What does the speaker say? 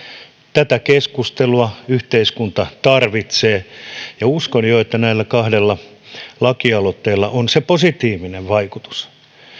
tätä keskustelua yhteiskunta tarvitsee ja uskon että jo näillä kahdella lakialoitteella on se positiivinen vaikutus